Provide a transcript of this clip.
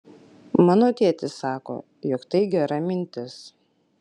mano tėtis sako jog tai gera mintis